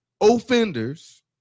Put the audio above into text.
offenders